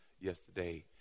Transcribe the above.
yesterday